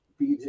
Bj